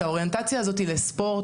את האוריינטציה הזאת לספורט?